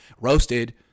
roasted